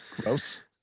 gross